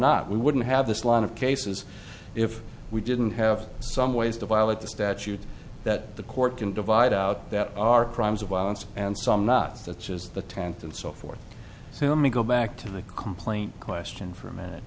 not we wouldn't have this line of cases if we didn't have some ways to violate the statute that the court can divide out that are crimes of violence and some not such as the tenth and so forth so may go back to the complaint question for a man